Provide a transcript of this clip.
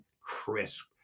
crisp